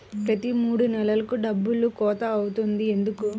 ప్రతి మూడు నెలలకు డబ్బులు కోత అవుతుంది ఎందుకు?